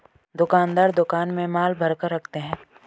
दुकानदार दुकान में माल भरकर रखते है